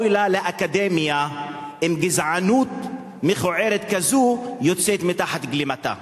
אוי לה לאקדמיה אם גזענות מכוערת כזו יוצאת מתחת גלימתה.